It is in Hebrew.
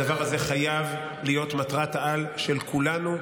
הדבר הזה חייב להיות מטרת-העל של כולנו,